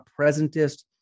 presentist